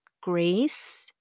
grace